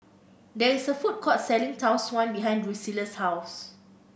there is a food court selling Tau Suan behind Drusilla's house